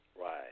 Right